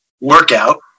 workout